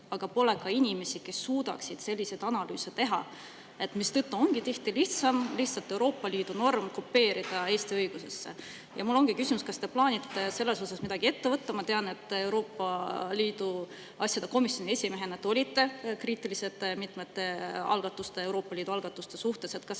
pole ka inimesi, kes suudaksid selliseid analüüse teha, mistõttu ongi tihti lihtsam Euroopa Liidu norm lihtsalt kopeerida Eesti õigusesse. Mul ongi küsimus, kas te plaanite selles osas midagi ette võtta. Ma tean, et Euroopa Liidu asjade komisjoni esimehena te olite kriitiline mitme Euroopa Liidu algatuse suhtes. Kas